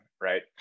right